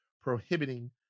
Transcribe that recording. prohibiting